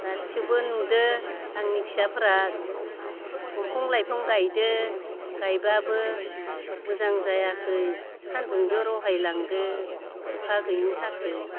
थेवबो नुदों आंनि फिसाफ्रा दंफां लाइफां गायदों गायबाबो मोजां जायाखै सानदुंजों रहायलांदों अखा गैयैनि थाखाय